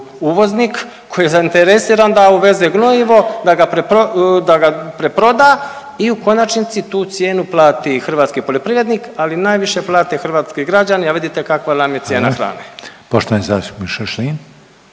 uvoznik koji je zainteresiran da uveze gnojivo da ga preproda i u konačnici tu cijenu plati hrvatski poljoprivrednik, ali najviše plate hrvatske građani, a vidite kakva nam je cijena hrane. **Reiner, Željko